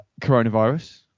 coronavirus